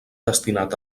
destinat